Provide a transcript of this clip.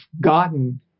gotten